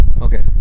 Okay